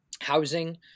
housing